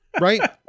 right